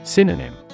Synonym